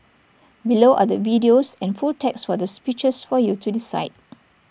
below are the videos and full text for the speeches for you to decide